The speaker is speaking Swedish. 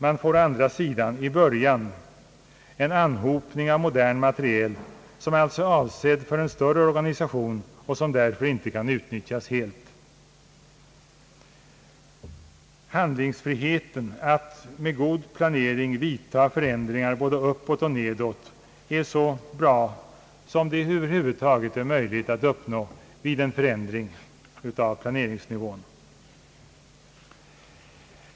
Man får å andra sidan i början en anhopning av modern materiel, som alltså är avsedd för en större organisation och som därför inte kan utnyitjas helt. Handlingsfriheten att med' god planering vidta förändringar både uppåt och nedåt är så bra som det över huvud taget är möjligt att uppnå vid en förändring av planeringsnivån.